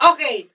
Okay